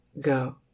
go